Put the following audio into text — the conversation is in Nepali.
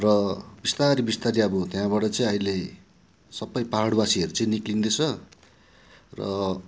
र बिस्तारै बिस्तारै अब त्यहाँबाट चाहिँ अहिले सबै पहाडवासीहरू चाहिँ निस्किँदैछ र